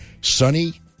Sunny